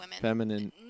feminine